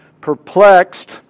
Perplexed